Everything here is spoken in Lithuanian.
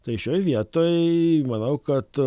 tai šioj vietoj tai manau kad